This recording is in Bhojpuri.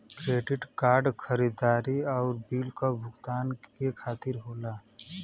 क्रेडिट कार्ड खरीदारी आउर बिल क भुगतान के खातिर होला